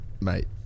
mate